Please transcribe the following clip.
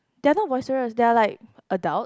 they are not boisterous they are like adult